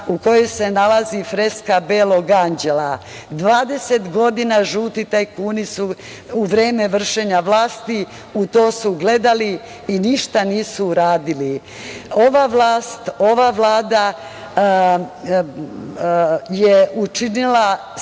u kojoj se nalazi freska Belog anđela. Dvadeset godina žuti tajkuni u vreme vršenja vlasti u to su gledali i ništa nisu uradili. Ova vlast i ova